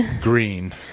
Green